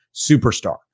superstar